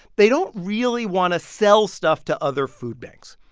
they don't really want to sell stuff to other food banks.